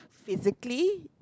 physically